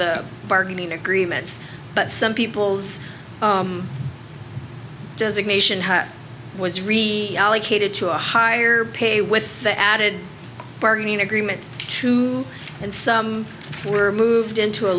bargaining agreements but some people's was really catered to a higher pay with the added bargaining agreement too and some were moved into a